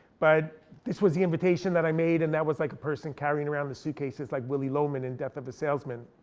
but this was the invitation that i made, and that was like a person carrying around the suitcases like willy loman in death of a salesman.